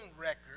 record